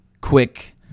quick